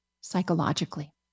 psychologically